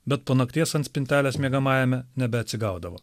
bet po nakties ant spintelės miegamajame nebeatsigaudavo